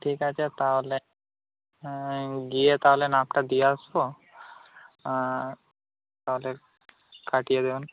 ঠিক আছে তাহলে হ্যাঁ গিয়ে তাহলে মাপটা দিয়ে আসবো তাহলে কাটিয়ে দেবেন